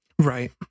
Right